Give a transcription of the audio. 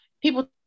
people